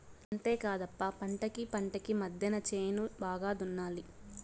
అంతేకాదప్ప పంటకీ పంటకీ మద్దెన చేను బాగా దున్నాలి